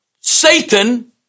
Satan